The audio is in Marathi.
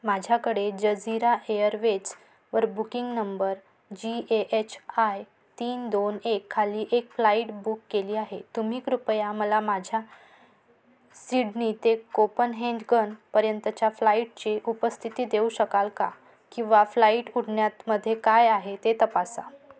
माझ्याकडे जझीरा एअरवेज वर booking number G A H I तीन दोन एक खाली एक फ्लाईट बुक केली आहे तुम्ही कृपया मला माझ्या सिडनी ते कोपनहेंडगनपर्यंतच्या फ्लाईटची उपस्थिती देऊ शकाल का किंवा फ्लाईट उड्डाणातमध्ये काय आहे ते तपासा